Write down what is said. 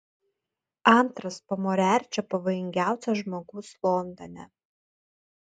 antras po moriarčio pavojingiausias žmogus londone